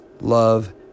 love